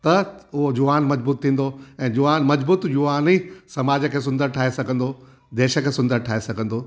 त उहो जवानु मज़बूत थींदो ऐं जवानु मज़बूत यूवा ई समाज खे सुंदरु ठाहे सघंदो देश खे सुंदरु ठाहे सघंदो